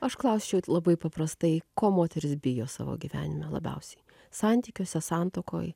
aš klausčiau labai paprastai ko moterys bijo savo gyvenime labiausiai santykiuose santuokoj